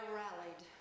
rallied